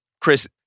Chris